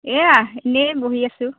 এইয়া এনেই বহি আছোঁ